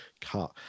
cut